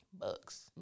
Bucks